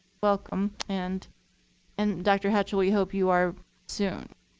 welcome. and and dr. hatchell, we hope you are soon.